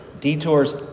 Detours